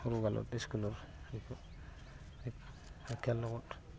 সৰু কালত স্কুলত খেলত